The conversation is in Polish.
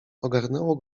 ogarnęło